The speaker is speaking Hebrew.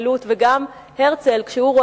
גם הרצל, כשהוא רואה את אותו